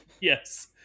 Yes